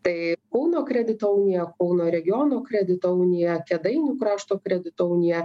tai kauno kredito unija kauno regiono kredito unija kėdainių krašto kredito unija